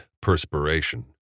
Perspiration